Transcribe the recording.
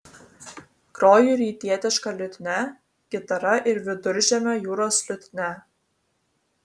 groju rytietiška liutnia gitara ir viduržemio jūros liutnia